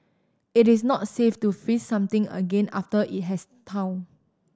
it is not safe to freeze something again after it has thawed